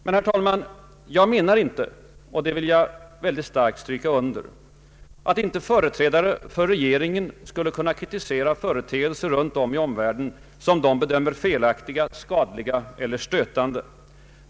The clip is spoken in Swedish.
Men, herr talman, jag menar inte — det vill jag mycket starkt understryka — att inte företrädare för regeringen skulle kunna kritisera företeelser runt om i omvärlden som de bedömer vara felaktiga, skadliga eller stötande.